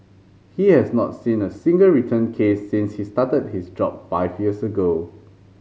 he has not seen a single return case since he started his job five years ago